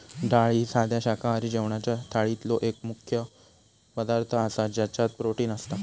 डाळ ही साध्या शाकाहारी जेवणाच्या थाळीतलो एक मुख्य पदार्थ आसा ज्याच्यात प्रोटीन असता